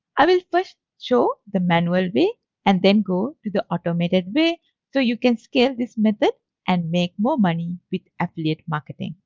i will first show the manual way and then go to the automated way so you can scale this method and make more money with affiliate marketing.